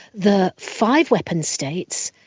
the five-weapon states,